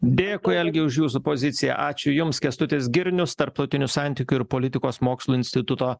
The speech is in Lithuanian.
dėkui algi už jūsų poziciją ačiū jums kęstutis girnius tarptautinių santykių ir politikos mokslų instituto